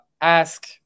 ask